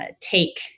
take